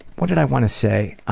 what did i want to say?